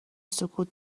سکوت